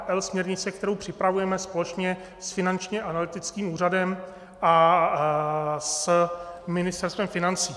AML směrnice, kterou připravujeme společně s Finančním analytickým úřadem a s Ministerstvem financí.